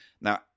Now